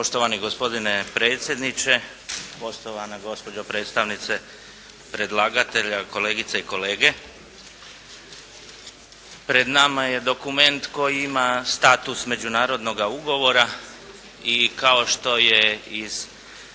Poštovani gospodine predsjedniče, poštovana gospođo predstavnice predlagatelja, kolegice i kolege. Pred nama je dokument koji ima status međunarodnoga ugovora i kao što je iz